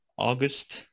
August